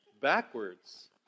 backwards